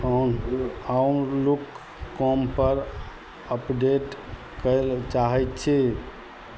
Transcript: कोन फाइनलुक कॉमपर अपडेट करैले चाहै छी